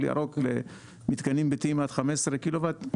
ירוק למתקנים ביתיים עד 15 קילו-וואט,